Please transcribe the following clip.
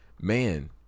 man